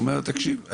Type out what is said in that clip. תקשיב,